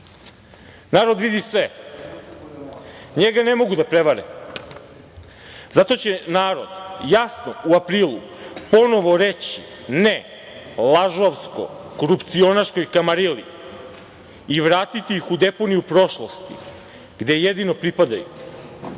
vidi sve. Njega ne mogu da prevare. Zato će narod jasno u aprilu ponovo reći ne lažovsko-korupcionaškoj kamarili i vratiti ih u deponiju prošlosti gde jedino pripadaju. Srbija